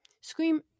scream